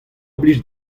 blij